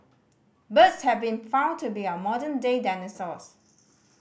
birds have been found to be our modern day dinosaurs